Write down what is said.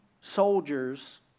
soldiers